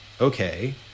Okay